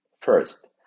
First